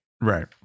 right